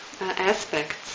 aspects